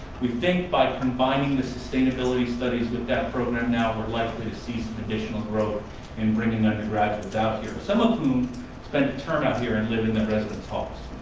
we think by combining the sustainability studies with that program now we're likely to see some additional growth in bringing undergraduates out here, some of whom spend a term out here and live in the residence halls.